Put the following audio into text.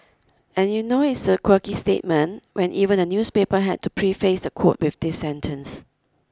and you know it's a quirky statement when even the newspaper had to preface the quote with this sentence